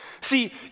See